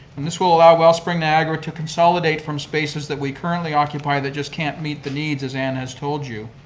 and this will allow wellspring niagara to consolidate from spaces that we currently occupy that just can't meet the needs, as ann has told you.